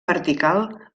vertical